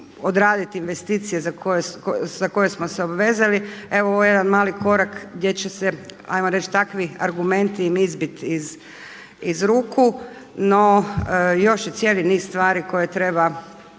odraditi investicije za koje smo se obvezali. Evo ovo je jedan mali korak gdje će se ajmo reći takvi argumenti im izbiti iz ruku. No još je cijeli niz stvari koje treba